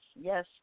yes